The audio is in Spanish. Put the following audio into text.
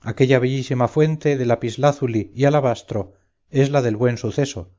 aquella bellísima fuente de lapislázuli y alabastro es la del buen suceso